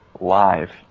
live